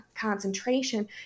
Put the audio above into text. concentration